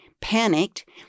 panicked